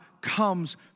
comes